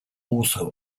also